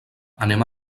anem